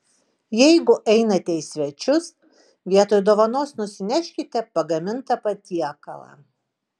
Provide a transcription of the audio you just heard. jeigu einate į svečius vietoj dovanos nusineškite pagamintą patiekalą